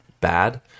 bad